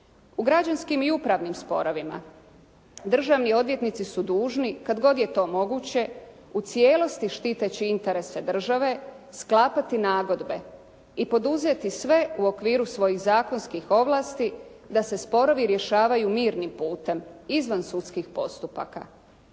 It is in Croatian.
U građanskim i upravnim sporovima državni odvjetnici su dužni kad god je to moguće u cijelosti štiteći interese države sklapati nagodbe i poduzeti sve u okviru svojih zakonskih ovlasti da se sporovi rješavaju mirnim putem izvan sudskih postupaka.